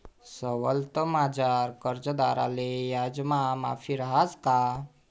सवलतमझार कर्जदारले याजमा माफी रहास का?